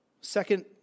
second